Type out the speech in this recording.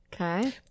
Okay